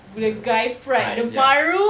the pride ya